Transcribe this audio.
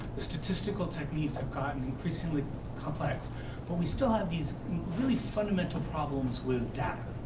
the statistical techniques have gotten increasingly complex but we still have these really fundamental problems with data.